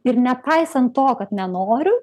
ir nepaisant to kad nenoriu